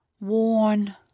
Worn